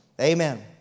Amen